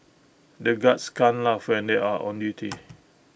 the guards can't laugh when they are on duty